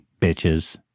Bitches